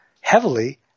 heavily